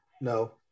No